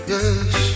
Yes